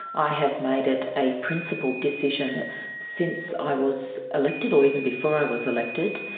i have made it a principled decision since i was elected or even before i was elected,